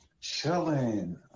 Chilling